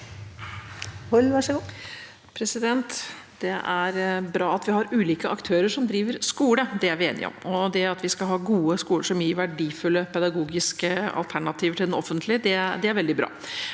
Det er bra at vi har uli- ke aktører som driver skole. Det er vi enige om. At vi skal ha gode skoler som gir verdifulle pedagogiske alternativer til den offentlige, er veldig bra,